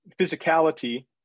physicality